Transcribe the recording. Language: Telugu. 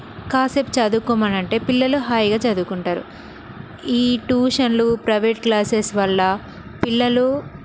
కాసేపు చదువుకోమని అంటే పిల్లలు హాయిగా చదువుకుంటారు ఈ ట్యూషన్లు ప్రైవేట్ క్లాసెస్ వల్ల పిల్లలు